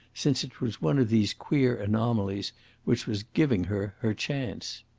since it was one of these queer anomalies which was giving her her chance.